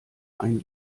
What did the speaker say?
ein